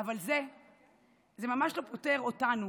אבל זה ממש לא פוטר אותנו,